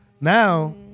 Now